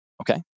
Okay